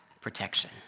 protection